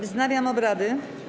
Wznawiam obrady.